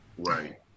Right